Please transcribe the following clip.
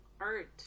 art